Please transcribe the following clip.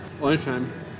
lunchtime